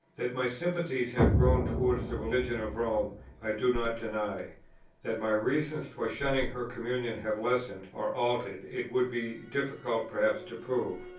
that my sympathies have grown towards the religion of rome i do not deny that my reasons for shunning her communion have lessened or altered it would be difficult perhaps to prove.